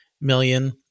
million